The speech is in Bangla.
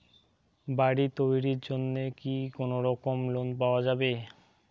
বাড়ি তৈরির জন্যে কি কোনোরকম লোন পাওয়া যাবে?